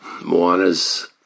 Moana's